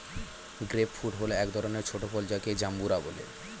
grape fruit হল এক ধরনের ছোট ফল যাকে জাম্বুরা বলে